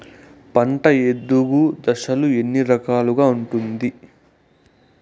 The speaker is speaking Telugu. పంట ఎదుగు దశలు ఎన్ని రకాలుగా ఉంటుంది?